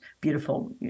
beautiful